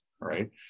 right